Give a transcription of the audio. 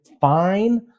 Fine